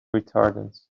retardants